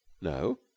no